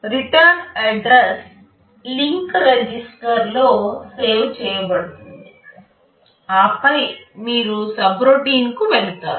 return address link రిజిస్టర్లో save చేయబడుతుంది ఆపై మీరు సబ్రొటీన్ కు వెళతారు